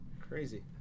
Crazy